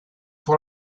pour